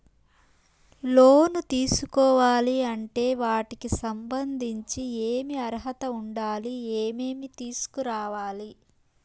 లోను తీసుకోవాలి అంటే వాటికి సంబంధించి ఏమి అర్హత ఉండాలి, ఏమేమి తీసుకురావాలి